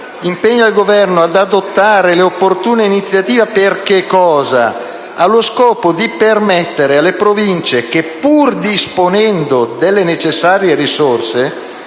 impegnare il Governo «ad adottare le opportune iniziative (...) allo scopo di permettere alle province, che pur disponendo delle necessarie risorse